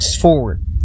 forward